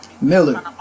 Miller